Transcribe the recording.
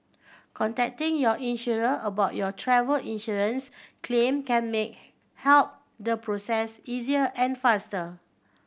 contacting your insurer about your travel insurance claim can make help the process easier and faster